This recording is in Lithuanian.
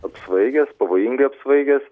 apsvaigęs pavojingai apsvaigęs